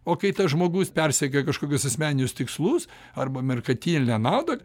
o kai tas žmogus persekioja kažkokius asmeninius tikslus arba merkatilinę naudą